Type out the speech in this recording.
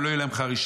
ולא יהיה להם חרישה.